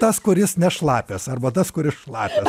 tas kuris nešlapias arba tas kuris šlapias